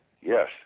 Yes